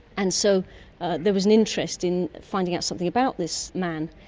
and so there was an interest in finding out something about this man.